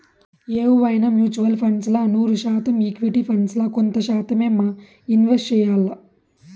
ఎవువైనా mutual funds ల నూరు శాతం ఈక్విటీ ఫండ్స్ ల కొంత శాతమ్మే ఇన్వెస్ట్ చెయ్యాల్ల